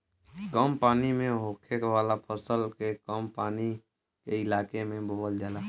कम पानी में होखे वाला फसल के कम पानी के इलाके में बोवल जाला